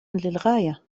للغاية